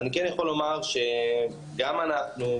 אני כן יכול לומר שגם אנחנו,